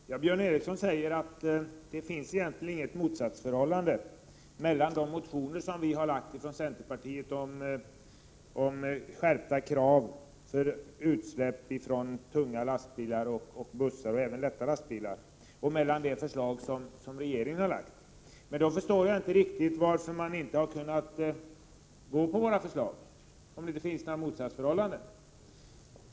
Herr talman! Björn Ericson säger att det egentligen inte finns något motsatsförhållande mellan de motioner som vi har lagt fram från centerpartiet om skärpta krav för utsläpp från tunga lastbilar och bussar, och även lätta lastbilar, och det förslag som regeringen har lagt fram. Då förstår jag inte riktigt varför socialdemokraterna inte har kunnat gå på vår linje — det hade varit fullt möjligt.